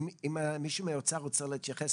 האם מישהו מהאוצר רוצה להתייחס